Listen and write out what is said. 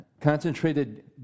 concentrated